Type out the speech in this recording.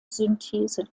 synthese